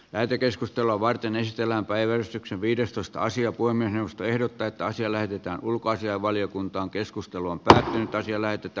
lähetekeskustelua varten ystävänpäiväystyksen viidestoista asia kuin puhemiesneuvosto ehdottaa että asia lähetetään ulkoasiainvaliokuntaan keskustelun päähinettä ja näytettä